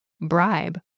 bribe